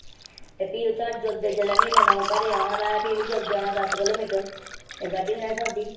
ते भी उत्थां जेल्लै म्हीना दऊं औना होऐ ते भी बी जुल्लदे औना दस्स किलोमीटर एह् गड्डी गै नेईं ही थ्होंदी